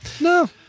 No